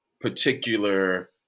particular